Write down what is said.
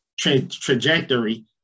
trajectory